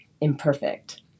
imperfect